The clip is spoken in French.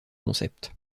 concept